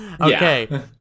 Okay